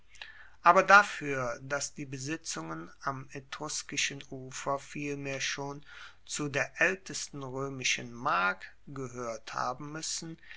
aber dafuer dass die besitzungen am etruskischen ufer vielmehr schon zu der aeltesten roemischen mark gehoert haben muessen